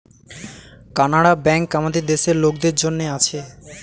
Canara bank আমাদের দেশের লোকদের জন্যে আছে